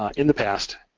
in the past,